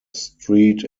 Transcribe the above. street